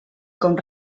com